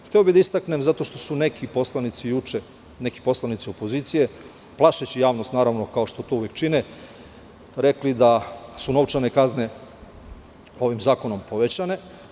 Hteo bih da istaknem zato što su neki poslanici opozicije juče, plašeći javnost, naravno kao što to uvek čine, rekli da su novčane kazne ovim zakonom povećane.